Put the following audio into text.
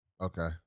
Okay